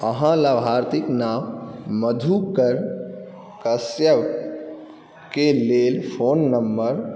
अहाँ लाभार्थीके नाम मधुकर कश्यपके लेल फोन नम्बर